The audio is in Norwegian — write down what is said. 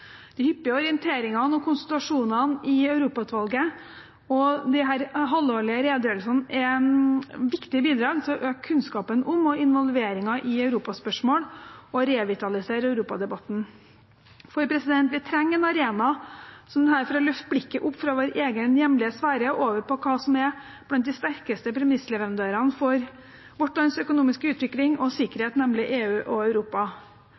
De hyppige orienteringene og konsultasjonene i Europautvalget og disse halvårlige redegjørelsene er viktige bidrag til å øke kunnskapen om og involveringen i europaspørsmål og til å revitalisere europadebatten. Vi trenger en arena som denne for å løfte blikket opp fra vår egen hjemlige sfære og over på hva som er blant de sterkeste premissleverandørene for vårt lands økonomiske utvikling og sikkerhet, nemlig EU og Europa.